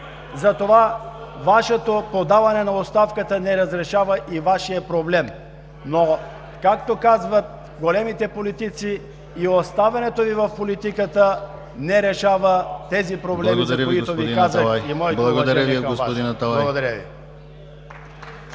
затова Вашето подаване на оставката не разрешава и Вашия проблем. Но както казват големите политици, и оставането Ви в политиката не решава проблемите, за които Ви казах. Моето уважение към Вас! Благодаря Ви.